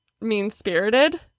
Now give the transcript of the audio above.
mean-spirited